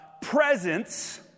Presence